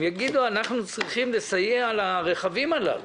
הם יגידו: אנחנו צריכים לסייע לרכבים הללו.